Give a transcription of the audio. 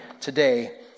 today